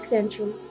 Central